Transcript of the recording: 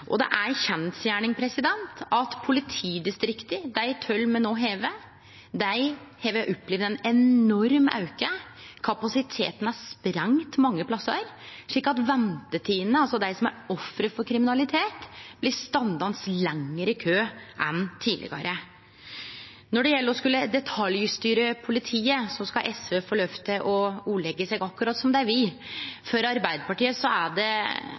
Det er ei kjensgjerning at politidistrikta – dei tolv me no har – har opplevd ein enorm auke. Kapasiteten er sprengd mange plassar, slik at dei som er ofre for kriminalitet, blir ståande lenger i kø enn tidlegare. Når det gjeld å skulle detaljstyre politiet, skal SV få lov til å ordleggje seg akkurat som dei vil. For Arbeidarpartiet er det